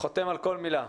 חותם על כל מילה.